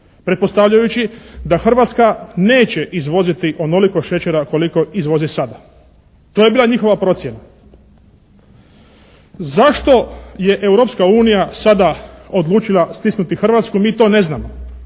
Pretpostavljajući da Hrvatska neće izvoziti onoliko šećera koliko izvozi sada. To je bila njihova procjena. Zašto je Europska unija sada odlučila stisnuti Hrvatsku mi to ne znamo.